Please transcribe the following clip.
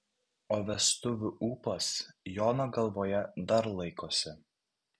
o vestuvių ūpas jono galvoje dar laikosi